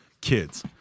kids